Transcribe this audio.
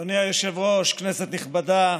אדוני היושב-ראש, כנסת נכבדה,